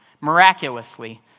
miraculously